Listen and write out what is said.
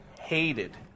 hated